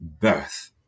birth